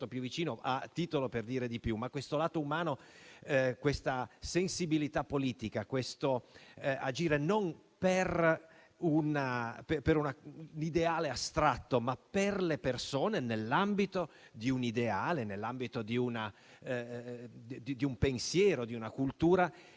più vicino ha titolo per dire di più. Il suo lato umano, la sua sensibilità politica, l'agire non per un ideale astratto, ma per le persone, nell'ambito di un ideale, di un pensiero e di una cultura,